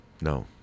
No